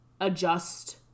adjust